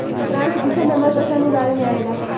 France दुसर number पर sun उगावे में आवेला